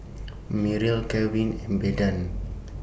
Myrle Calvin and Bethann